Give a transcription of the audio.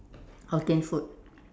Hokkien food